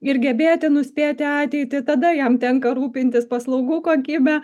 ir gebėti nuspėti ateitį tada jam tenka rūpintis paslaugų kokybe